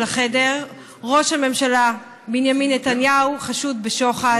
החדר: ראש הממשלה בנימין נתניהו חשוד בשוחד.